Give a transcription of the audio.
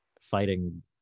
fighting